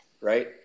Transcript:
right